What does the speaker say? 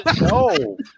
No